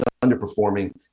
underperforming